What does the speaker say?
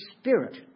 Spirit